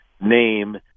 name